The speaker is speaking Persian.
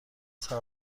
صبر